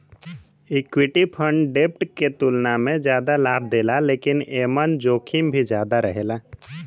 equity fund डेब्ट के तुलना में जादा लाभ देला लेकिन एमन जोखिम भी ज्यादा रहेला